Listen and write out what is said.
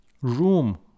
Room